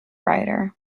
writer